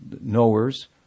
knowers